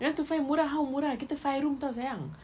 you want to find murah how murah kita five room [tau] sayang